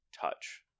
touch